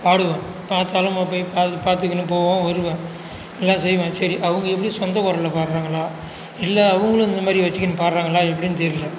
பாடுவேன் பார்த்தாலும் போய் பார்த்துக்குன்னு போவேன் வருவேன் எல்லா செய்வேன் சரி அவங்க எப்படி சொந்த குரலை பாடுறாங்களா இல்லை அவங்களும் இந்தமாதிரி வச்சுக்கின்னு பாடுறாங்களா எப்படின்னு தெரியல